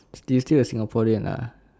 still still a singaporean lah